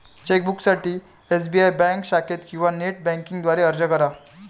चेकबुकसाठी SBI bank शाखेत किंवा नेट बँकिंग द्वारे अर्ज करा